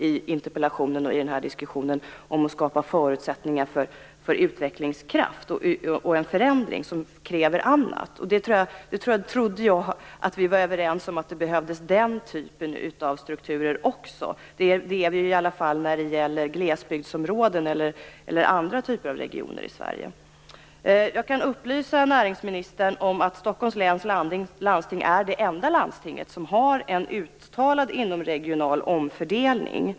I interpellationen och i den här diskussionen talar jag om att skapa förutsättningar för utvecklingskraft och om en förändring som kräver annat. Jag trodde att vi var överens om att den typen av strukturer också behövdes. Det är vi ju i alla fall när det gäller glesbygdsområden eller andra sorters regioner i Sverige. Jag kan upplysa näringsministern om att Stockholms läns landsting är det enda landsting som har en uttalad inomregional omfördelning.